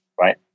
right